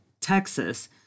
Texas